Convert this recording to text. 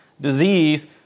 disease